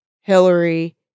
Hillary